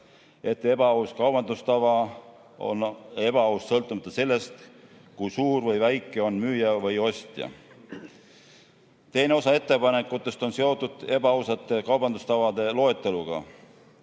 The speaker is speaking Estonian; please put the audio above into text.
et ebaaus kaubandustava on ebaaus, sõltumata sellest, kui suur või väike on müüja või ostja. Teine osa ettepanekutest on seotud ebaausate kaubandustavade loeteluga.